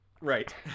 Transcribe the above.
right